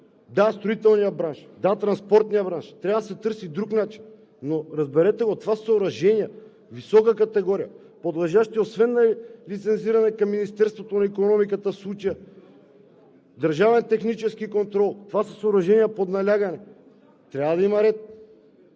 за строителния бранш, да, транспортния бранш, трябва да се търси друг начин. Но, разберете, съоръжения висока категория, подлежащи освен на лицензиране към Министерството на икономиката, в случая Държавен технически контрол – това са съоръжения под налягане. Трябва да има ред.